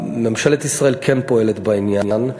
ממשלת ישראל כן פועלת בעניין.